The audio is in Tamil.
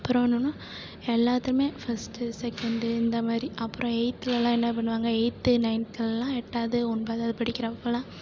அப்பறம் என்னென்னால் எல்லாத்துலேயுமே ஃபர்ஸ்ட்டு செகெண்டு இந்த மாதிரி அப்புறம் எயித்துலேலாம் என்ன பண்ணுவாங்க எயித்து நைன்த்துலேலாம் எட்டாவது ஒன்பதாவது படிக்கிறப்போல்லாம்